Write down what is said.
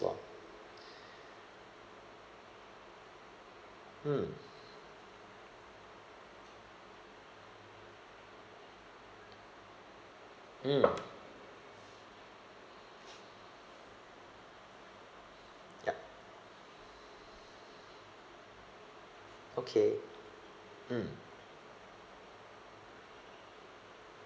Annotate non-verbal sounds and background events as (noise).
(breath) mm mm yup okay mm